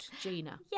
Gina